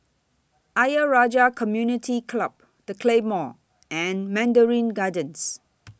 Ayer Rajah Community Club The Claymore and Mandarin Gardens